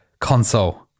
console